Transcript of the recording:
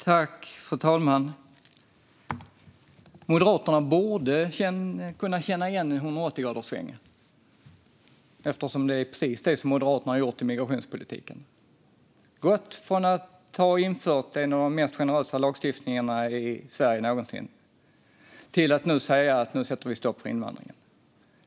Fru talman! Moderaterna borde kunna känna igen en 180-graderssväng, eftersom det är precis en sådan Moderaterna har gjort i migrationspolitiken. Man har gått från att ha infört en av de mest generösa lagstiftningarna i Sverige någonsin till att nu säga att man ska sätta stopp för invandringen.